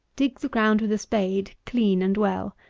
dig the ground with a spade clean and well,